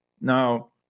Now